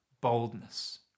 boldness